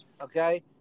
okay